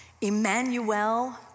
Emmanuel